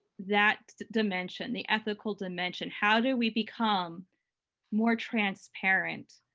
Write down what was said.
that dimension the ethical dimension? how do we become more transparent?